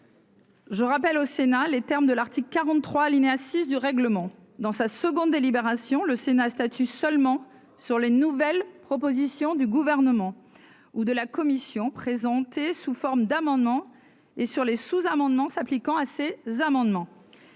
Je rappelle au Sénat, les termes de l'article 43 alinéa 6 du règlement dans sa seconde délibération le Sénat statut seulement sur les nouvelles propositions du gouvernement ou de la Commission, présentée sous forme d'amendement et sur les sous-amendements s'appliquant à ces amendements,